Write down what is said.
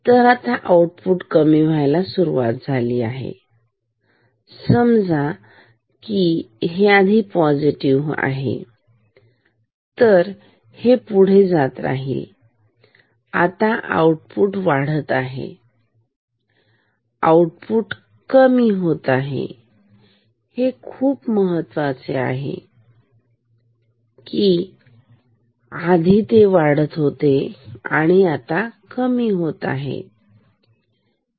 तर आता आउटपुट कमी व्हायला सुरुवात झाली आहे असे समजा की हे आधी पॉझिटिव आहे तर हे पुढे जात राहील आता आउटपुट वाढत आहे आता आऊट कमी होत आहे हे खूप महत्त्वाचे आहे की आधी ते वाढत होते आणि आता कमी होत आहे